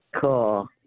Cool